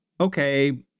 Okay